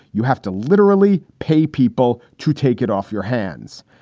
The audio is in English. you have to literally pay people to take it off your hands.